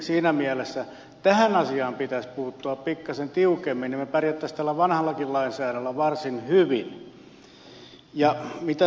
siinä mielessä tähän asiaan pitäisi puuttua pikkasen tiukemmin ja niin me pärjäisimme tällä vanhallakin lainsäädännöllä varsin hyvin